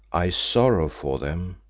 i sorrow for them,